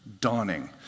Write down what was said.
dawning